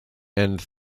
and